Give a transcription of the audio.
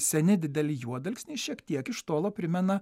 seni dideli juodalksniai šiek tiek iš tolo primena